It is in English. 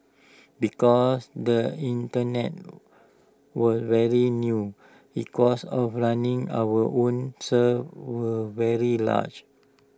because the Internet was very new he cost of running our own servers very large